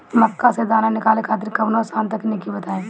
मक्का से दाना निकाले खातिर कवनो आसान तकनीक बताईं?